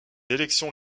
élections